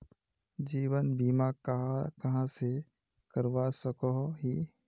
जीवन बीमा कहाँ कहाँ से करवा सकोहो ही?